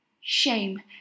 shame